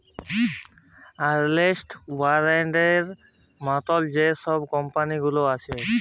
আর্লেস্ট ইয়াংয়ের মতল যে ছব কম্পালি গুলাল আছে